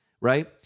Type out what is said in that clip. right